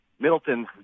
Middleton